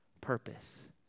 purpose